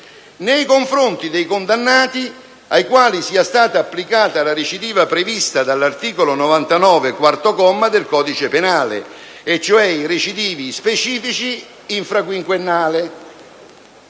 nei confronti dei condannati ai quali si stata applicata la recidiva prevista dall'articolo 99, quarto comma, del codice penale», cioè i recidivi specifici infraquinquennali.